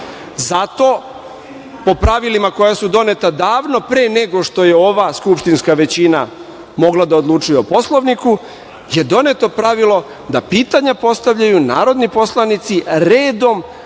Zato, po pravilima koja su doneta davno pre nego što je ova skupštinska većina mogla da odlučuje o Poslovniku, je doneto pravilo da pitanja postavljaju narodni poslanici redom,